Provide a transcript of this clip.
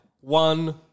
one